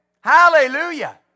Hallelujah